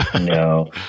No